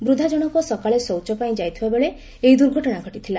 ବୃଦ୍ଧା ଜଶକ ସକାଳେ ଶୌଚ ପାଇଁ ଯାଉଥବାବେଳେ ଏହି ଦୁର୍ଘଟଣା ଘଟିଥିଲା